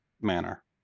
manner